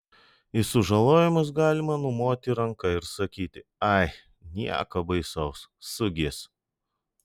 į sužalojimus galima numoti ranka ir sakyti ai nieko baisaus sugis